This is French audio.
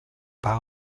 pas